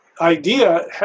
idea